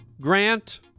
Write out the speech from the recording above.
Grant